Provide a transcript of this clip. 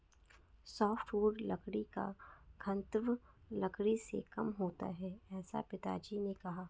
softwood लकड़ी का घनत्व लकड़ी से कम होता है ऐसा पिताजी ने कहा